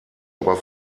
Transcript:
aber